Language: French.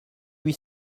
huit